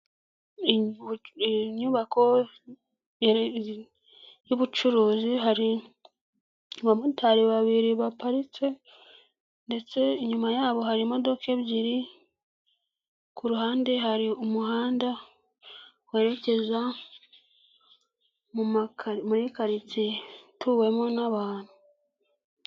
Inyubako y'ubucuruzi hari abamotari babiri baparitse ndetse inyuma yabo hari imodoka ebyiri, kuruhande hari umuhanda werekeza muri karitsiye ituwemo n'abantu.